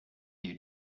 you